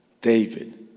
David